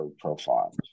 profile